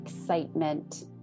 excitement